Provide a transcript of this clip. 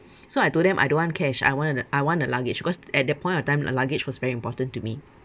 so I told them I don't want cash I want a I want a luggage because at that point of time a luggage was very important to me